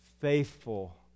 faithful